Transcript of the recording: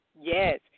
Yes